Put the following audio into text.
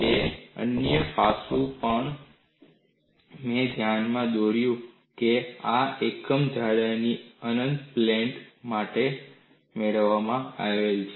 એક અન્ય પાસું પણ મેં ધ્યાન દોર્યું કે આ એકમ જાડાઈની અનંત પેનલ માટે મેળવવામાં આવે છે